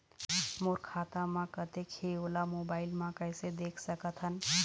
मोर खाता म कतेक हे ओला मोबाइल म कइसे देख सकत हन?